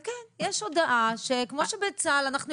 וכן, יש הודעה, כמו שבצה"ל אנחנו יודעים,